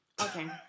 Okay